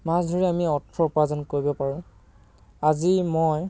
মাছ ধৰি আমি অৰ্থ উপাৰ্জন কৰিব পাৰোঁ আজি মই